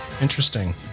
Interesting